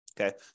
Okay